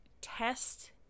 test